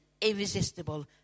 irresistible